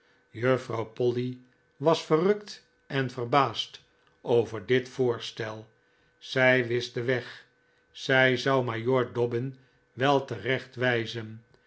juffrouw polly was verrukt en verbaasd over dit voorstel zij wist den weg zij zou majoor dobbin wel